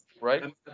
Right